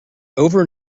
over